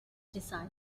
decide